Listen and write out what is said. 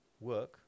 Work